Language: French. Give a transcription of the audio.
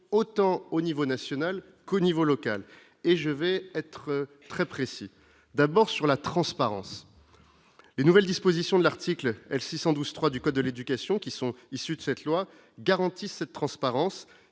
autant au niveau national qu'au niveau local et je vais être très précis, d'abord sur la transparence, les nouvelles dispositions de l'article L 612 3 du code de l'éducation, qui sont issus de cette loi garantit cette transparence